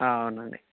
అవునండి